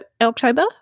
October